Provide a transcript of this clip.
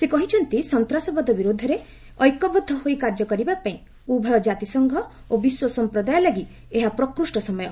ସେ କହିଛନ୍ତି ସନ୍ତାସବାଦ ବିରୁଦ୍ଧରେ ଐକ୍ୟବଦ୍ଧ ହୋଇ କାର୍ଯ୍ୟ କରିବାପାଇଁ ଉଭୟ ଜାତିସଂଘ ଓ ବିଶ୍ୱ ସମ୍ପ୍ରଦାୟ ଲାଗି ଏହା ପ୍ରକୃଷ୍ଟ ସମୟ